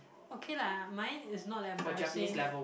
okay lah mine is not that embarrassing